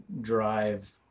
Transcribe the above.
drive